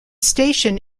station